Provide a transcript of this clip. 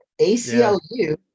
ACLU